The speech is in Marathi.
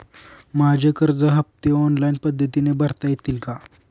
माझे कर्ज हफ्ते ऑनलाईन पद्धतीने भरता येतील का?